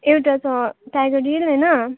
एउटा छ टाइगर हिल होइन